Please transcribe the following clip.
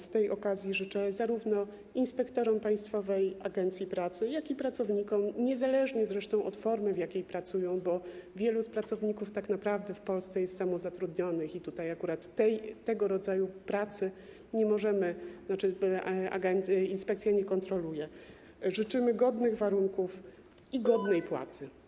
Z tej okazji życzę zarówno inspektorom Państwowej Inspekcji Pracy, jak i pracownikom, niezależnie zresztą od formy, w jakiej pracują, bo wielu z pracowników tak naprawdę w Polsce jest samozatrudnionych, i tutaj akurat tego rodzaju pracy inspekcja nie kontroluje, godnych warunków i godnej płacy.